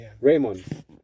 Raymond